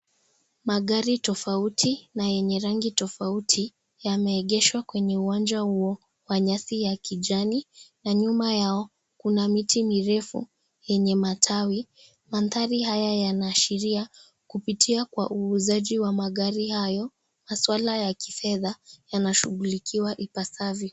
Magari tofauti na yenye rangi tofauti yameegeshwa kwenye uwanja huo wa nyasi ya kijani na nyuma yao kuna miti mirefu yenye matawi . Mandhari haya yanaashiria kupitia kwa uuzaji wa magari hayo na swala ya kifedha yanashughulikiwa ipasavyo.